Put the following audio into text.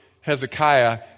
Hezekiah